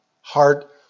heart